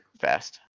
fast